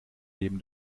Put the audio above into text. leben